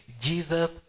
Jesus